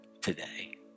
today